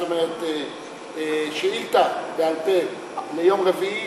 זאת אומרת שאילתה בעל-פה ליום רביעי,